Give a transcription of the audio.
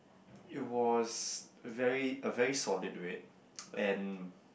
it was very a very solid red and